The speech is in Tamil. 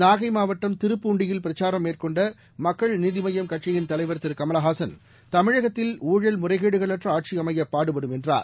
நாகைமாவட்டம் திருப்பூண்டியில் பிரச்சாரம் மேற்கொண்டமக்கள் நீதிமய்யம் கட்சியின் தலைவர் திருகமலஹாசன் தமிழகத்தில் ஊழல் முறைகேடுகள் அற்றஆட்சிஅமையபாடுபடும் என்றார்